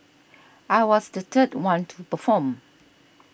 I was the third one to perform